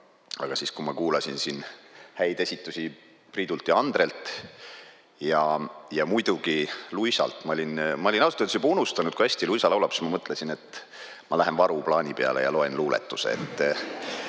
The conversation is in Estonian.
aga kui ma kuulasin siin häid esitusi Priidult ja Andrelt ja muidugi Luisalt – ma olin ausalt öeldes juba unustanud, kui hästi Luisa laulab –, siis ma mõtlesin, et ma lähen varuplaani peale ja loen luuletuse